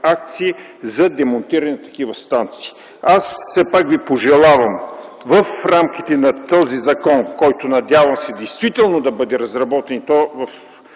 акции за демонтирането на такива станции. Аз все пак Ви пожелавам в рамките на този закон – който надявам се действително да бъде разработен и то в